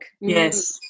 Yes